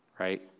Right